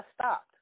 stopped